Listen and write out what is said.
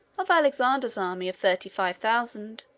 of alexander's army of thirty-five thousand,